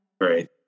Great